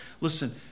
Listen